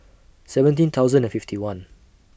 seventeen thousand and fifty one